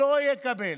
לא יקבל.